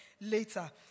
later